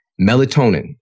Melatonin